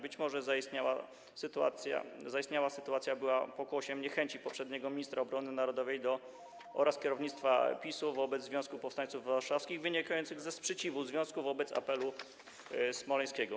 Być może zaistniała sytuacja była pokłosiem niechęci poprzedniego ministra obrony narodowej oraz kierownictwa PiS-u wobec Związku Powstańców Warszawskich wynikającej ze sprzeciwu związku wobec apelu smoleńskiego.